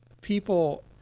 people